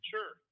Sure